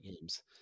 games